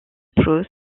proust